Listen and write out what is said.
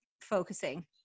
focusing